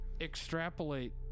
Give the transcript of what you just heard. extrapolate